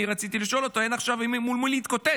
אני רציתי לשאול אותו: אין עכשיו מול מי להתקוטט?